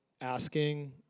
asking